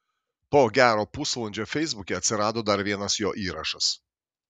po gero pusvalandžio feisbuke atsirado dar vienas jo įrašas